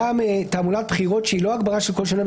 גם תעמולת בחירות שהיא לא הגברה של קול של נואם,